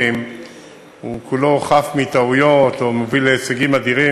הוא כולו חף מטעויות או מביא להישגים אדירים.